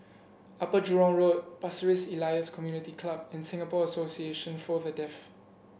Upper Jurong Road Pasir Ris Elias Community Club and Singapore Association For The Deaf